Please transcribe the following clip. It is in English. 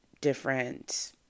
different